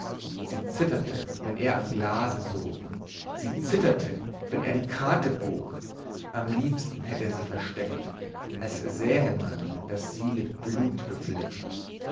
sie zitterte wenn er am glase sog sie zitterte wenn er die karte bog am liebsten hätt er sie versteckt als sähe man daß sie mit blut befleckt